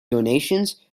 donations